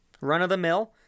Run-of-the-mill